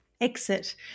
exit